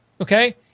Okay